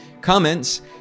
comments